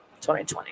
2020